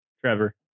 Trevor